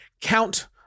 count